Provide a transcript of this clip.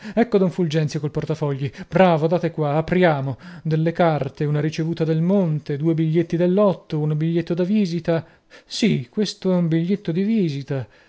ecco don fulgenzio col portafogli bravo date qua apriamo delle carte una ricevuta del monte due biglietti del lotto un biglietto di visita sì questo è un biglietto di visita